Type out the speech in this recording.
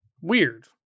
weird